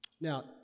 Now